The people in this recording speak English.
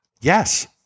Yes